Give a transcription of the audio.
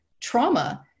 trauma